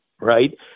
Right